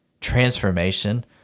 transformation